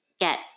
get